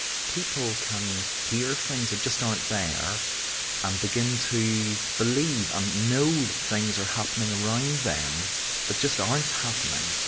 people can hear things that just aren't there and begin to believe and know things are happening around them that just aren't happening.